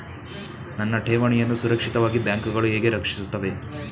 ನನ್ನ ಠೇವಣಿಯನ್ನು ಸುರಕ್ಷಿತವಾಗಿ ಬ್ಯಾಂಕುಗಳು ಹೇಗೆ ರಕ್ಷಿಸುತ್ತವೆ?